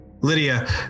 Lydia